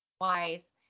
wise